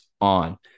on